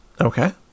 Okay